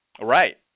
right